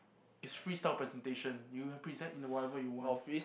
it's freestyle presentation you have present in whatever you want